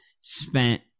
spent